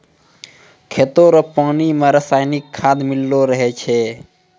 खेतो रो पानी मे रसायनिकी खाद मिल्लो रहै छै